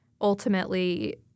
ultimately